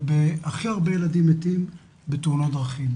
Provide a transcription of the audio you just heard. והכי הרבה ילדים מתים במוות מתאונות דרכים.